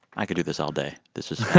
i could do this all day. this was.